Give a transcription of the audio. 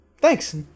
thanks